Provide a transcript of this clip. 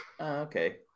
okay